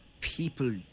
people